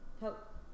help